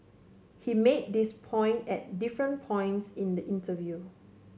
he made this point at different points in the interview